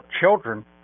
children